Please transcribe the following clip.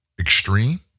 extreme